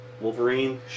Wolverine